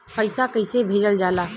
पैसा कैसे भेजल जाला?